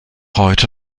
heute